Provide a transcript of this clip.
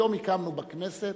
היום הקמנו בכנסת,